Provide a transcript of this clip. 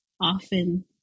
often